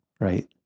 right